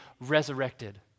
resurrected